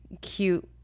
cute